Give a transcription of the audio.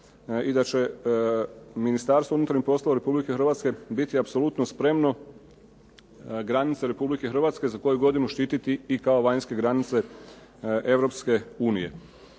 i da će Ministarstvo unutarnjih poslova Republike Hrvatske biti apsolutno spremno granice Republike Hrvatske za koju godinu štititi i kao vanjske granice Europske unije.